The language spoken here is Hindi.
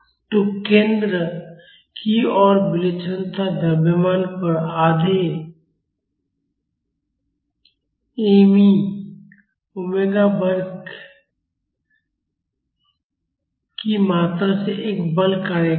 तो केंद्र की ओर विलक्षणता द्रव्यमान पर आधे me e ओमेगा वर्ग की मात्रा से एक बल कार्य करेगा